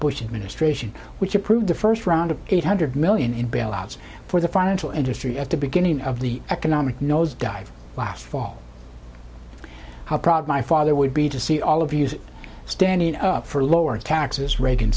bush administration which approved the first round of eight hundred million in bailouts for the financial industry at the beginning of the economic nosedive last fall how proud my father would be to see all of us standing up for lower taxes reagan